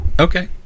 Okay